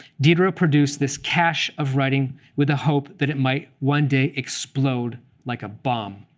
diderot produced this cache of writing with the hope that it might one day explode like a bomb.